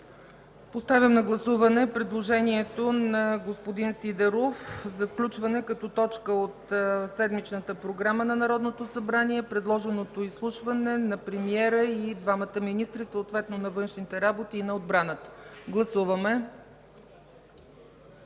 Поставям на гласуване предложението на господин Сидеров за включване като точка от седмичната програма на Народното събрание предложеното изслушване на премиера и двамата министри – съответно на външните работи и на отбраната. Гласуваме.